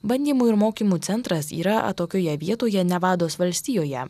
bandymų ir mokymų centras yra atokioje vietoje nevados valstijoje